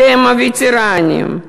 אתם, הווטרנים,